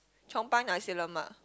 Chong-Pang nasi-lemak